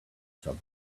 subword